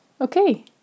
Okay